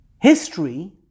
History